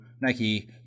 Nike